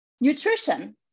Nutrition